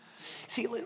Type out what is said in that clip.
See